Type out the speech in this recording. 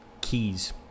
Keys